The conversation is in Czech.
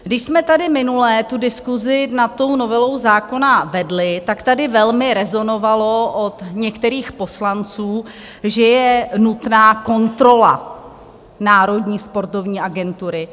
Když jsme tady minule diskusi nad tou novelou zákona vedli, tak tady velmi rezonovalo od některých poslanců, že je nutná kontrola Národní sportovní agentury.